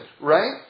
right